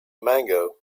mango